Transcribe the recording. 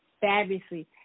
fabulously